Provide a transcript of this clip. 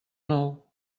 nou